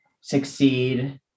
succeed